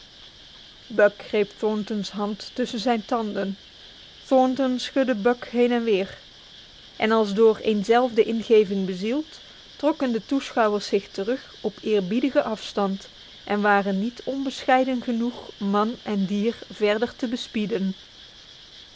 buck greep thornton's hand tussen zijn tanden thornton schudde buck heen en weer en als door eenzelfde ingeving bezield trokken de toeschouwers zich terug op eerbiedige aftand en waren niet onbescheiden genoeg man en dier verder te bespieden